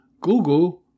Google